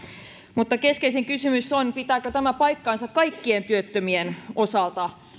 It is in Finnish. mutta keskeisin kysymys on pitääkö tämä paikkansa kaikkien työttömien osalta